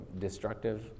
destructive